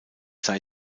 sei